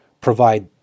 provide